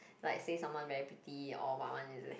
like say someone very pretty or what one is it